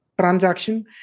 transaction